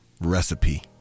recipe